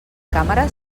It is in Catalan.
càmera